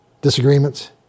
disagreements